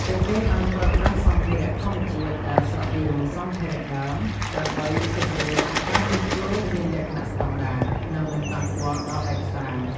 ពួកគេបានប្រើប្រាស់សម្ភារៈធម្មជាតិដែលស្រដៀងនឹងសម្ភារៈដើម ដើម្បីធានាថាការជួសជុលមានលក្ខណៈស្តង់ដារ និងមិនប៉ះពាល់ដល់ឯកសារ។